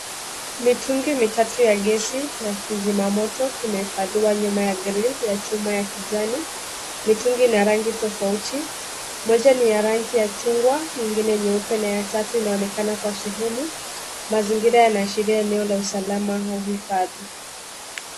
Mitungi mitatu ya gesi na kizimamoto kimehifadhiwa nyuma ya grill ya chuma ya kijani. Mitungi ina rangi tofauti, moja ni ya rangi ya chungwa, nyingine nyeupe na ya tatu inaonekana kuwa sehemu mazingira yanaashiria eneo la usalama au uhifadhi.